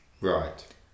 Right